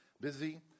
busy